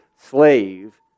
slave